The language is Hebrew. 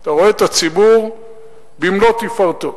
אתה רואה את הציבור במלוא תפארתו.